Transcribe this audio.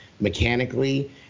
mechanically